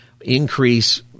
increase